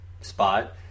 spot